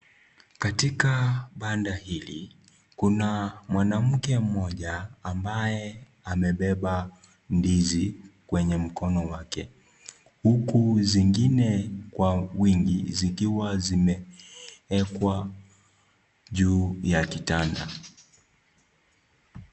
Katika Banda hili, Kuna mwanamke mmoja ambaye amebeba ndizi kwenye mkono wake huku zingine kwa wingi zikiwa zimeekwa juu ya kitanda.